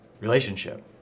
relationship